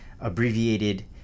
abbreviated